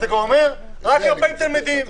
אתה כבר אומר: רק 40 תלמידים.